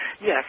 Yes